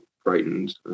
frightened